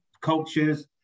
cultures